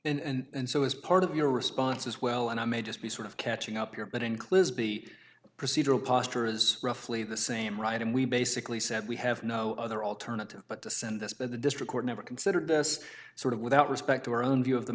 back and so as part of your response as well and i may just be sort of catching up here that includes be procedural posture is roughly the same right and we basically said we have no other alternative but to send this at the district court never considered this sort of without respect to our own view of the